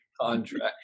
contract